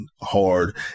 hard